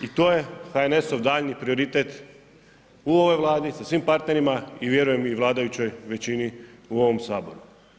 I to je HNS-ov daljnji prioritet u ovoj Vladi, sa svim partnerima i vjerujem i vladajućoj većini u ovom Saboru.